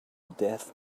death